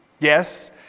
Yes